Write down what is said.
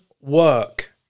work